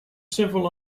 several